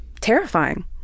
terrifying